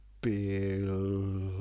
Bill